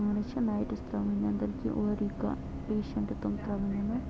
تمن حظ چھِنہٕ نایٹ ترٛاوٕۍ نیٚدٕر کیٚنٛہہ اورٕ یی کانٛہہ پیٚشَنٹ تم ترٛاوٕنہِ نہٕ